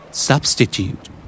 Substitute